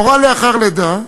מורה לאחר לידה זכאית,